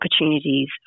opportunities